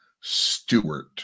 Stewart